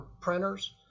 printers